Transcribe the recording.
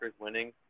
winning